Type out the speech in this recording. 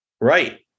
Right